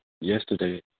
Yesterday